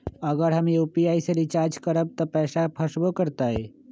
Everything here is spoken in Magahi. अगर हम यू.पी.आई से रिचार्ज करबै त पैसा फसबो करतई?